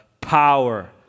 power